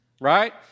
right